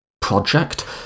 project